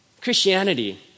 Christianity